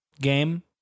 game